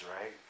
right